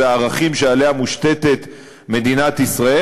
זה הערכים שעליה מושתתת מדינת ישראל,